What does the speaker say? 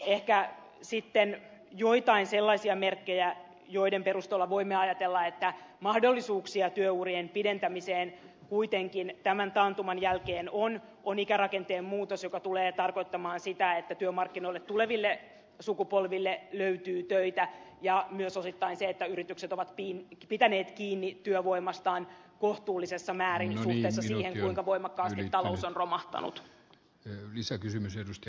ehkä sitten joitain sellaisia merkkejä joiden perusteella voimme ajatella että mahdollisuuksia työurien pidentämiseen kuitenkin tämän taantuman jälkeen on on ikärakenteen muutos joka tulee tarkoittamaan sitä että työmarkkinoille tuleville sukupolville löytyy töitä ja myös osittain se että yritykset ovat pitäneet kiinni työvoimastaan kohtuullisessa määrin suhteessa siihen kuinka voimakkaasti talous on romahtanut yli se kysymys ei pysty